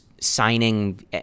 signing